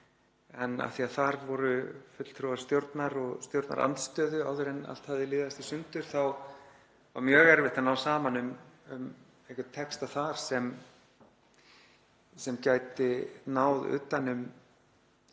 en af því að þar voru fulltrúar stjórnar og stjórnarandstöðu áður en allt hafði liðast í sundur þá var mjög erfitt að ná saman um einhvern texta þar sem gæti náð utan um